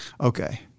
Okay